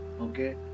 okay